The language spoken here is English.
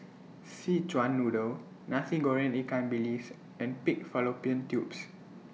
Szechuan Noodle Nasi Goreng Ikan Bilis and Pig Fallopian Tubes